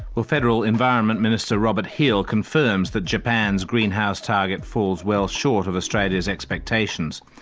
well federal environment minister, robert hill, confirms that japan's greenhouse target falls well short of australia's expectations.